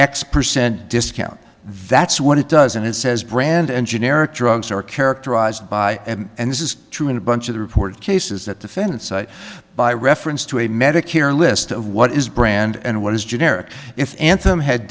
x percent discount that's what it does and it says brand and generic drugs are characterized by and this is true in a bunch of the reported cases that defendants by reference to a medicare list of what is brand and what is generic if anthem had